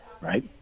right